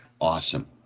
awesome